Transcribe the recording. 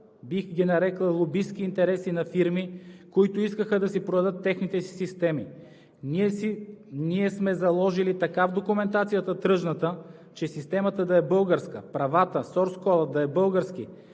бих ги нарекла, лобистки интереси на фирми, които искаха да си продадат техните си системи. Ние сме заложили така в документацията – тръжната, че системата да е българска, правата, сорскодът да е български,